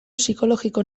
psikologiko